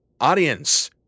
Audience